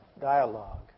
dialogue